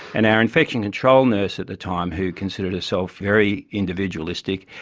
and our infection control nurse at the time who considered herself very individualistic,